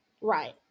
Right